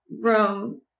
room